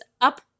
up